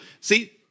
See